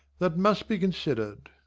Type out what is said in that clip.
that must be considered.